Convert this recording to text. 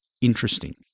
interesting